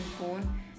phone